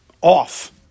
off